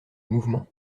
mouvement